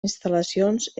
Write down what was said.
instal·lacions